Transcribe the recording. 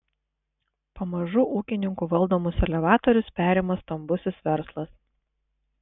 pamažu ūkininkų valdomus elevatorius perima stambusis verslas